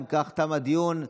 אם כך, תם הדיון.